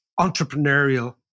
entrepreneurial